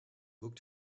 looked